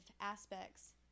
aspects